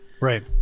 Right